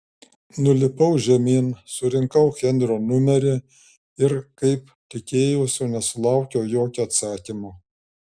nulipau žemyn surinkau henrio numerį ir kaip tikėjausi nesulaukiau jokio atsakymo